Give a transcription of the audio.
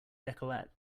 decollete